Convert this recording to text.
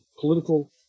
political